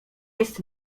jest